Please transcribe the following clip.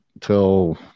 till